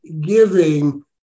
giving